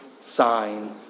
sign